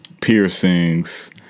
piercings